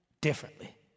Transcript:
differently